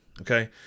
okay